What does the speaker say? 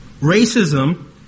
Racism